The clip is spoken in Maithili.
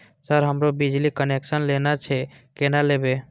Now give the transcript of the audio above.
सर हमरो बिजली कनेक्सन लेना छे केना लेबे?